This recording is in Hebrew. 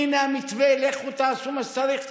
הינה המתווה, לכו תעשו מה שצריך.